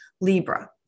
Libra